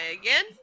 again